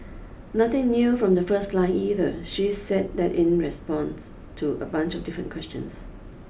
nothing new from the first line either she said that in response to a bunch of different questions